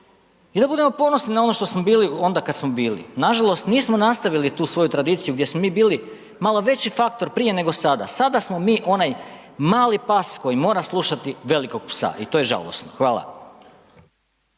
i da budemo ponosni na ono što smo bili onda kad smo bili. Nažalost nismo nastavili tu svoju tradiciju, gdje smo mi bili malo veći faktor prije nego sada. Sada smo mi onaj mali pas koji mora slušati velikog psa. I to je žalosno. Hvala.